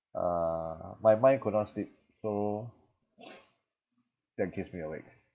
uh my mind could not sleep so that keeps me awake